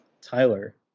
Tyler